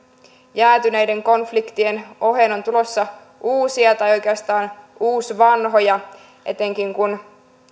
jäätyneiden konfliktien oheen on tulossa uusia tai oikeastaan uusvanhoja etenkin kun